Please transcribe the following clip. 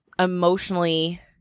emotionally